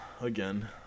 again